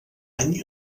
any